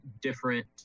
different